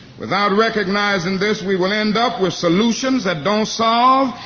without recognizing this we will end up with solutions that don't solve,